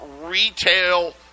retail